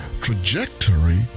trajectory